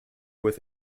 with